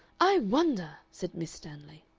i wonder! said miss stanley.